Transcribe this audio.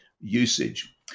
usage